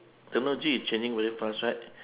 technology is changing very fast right